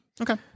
Okay